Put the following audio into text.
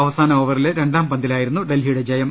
അവസാന ഓവറിലെ രണ്ടാം പന്തിലായിരുന്നു ഡൽഹിയുടെ ജയം